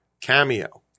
cameo